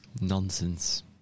Nonsense